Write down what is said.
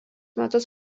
metus